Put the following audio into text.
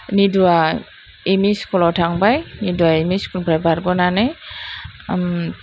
निदुया एम इ स्कुलाव थांबाय निदुया एम इ स्कुलनिफ्राय बारग'नानै